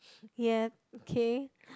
ya okay